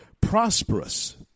prosperous